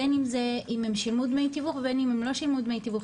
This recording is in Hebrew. בין אם הם שילמו דמי תיווך ובין אם הם לא שילמו דמי תיווך,